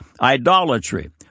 idolatry